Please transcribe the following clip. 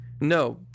no